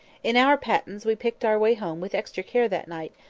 in our pattens we picked our way home with extra care that night,